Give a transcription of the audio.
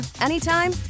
anytime